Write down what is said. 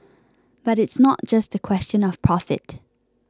but it's not just a question of profit